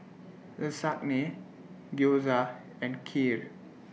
Lasagne Gyoza and Kheer